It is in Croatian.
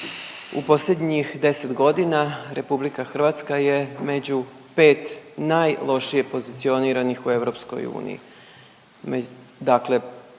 u posljednjih 10 godina Republika Hrvatska je među 5 najlošije pozicioniranih u EU. Dakle,